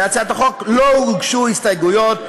להצעת החוק לא הוגשו הסתייגויות,